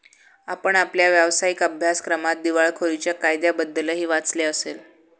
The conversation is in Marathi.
आपण आपल्या व्यावसायिक अभ्यासक्रमात दिवाळखोरीच्या कायद्याबद्दलही वाचले असेल